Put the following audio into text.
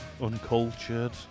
uncultured